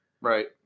Right